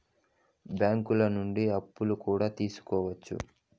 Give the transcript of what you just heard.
బ్యాంకులు నుండి అప్పులు కూడా తీసుకోవచ్చు